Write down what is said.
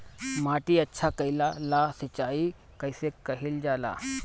माटी अच्छा कइला ला सिंचाई कइसे कइल जाला?